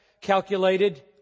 calculated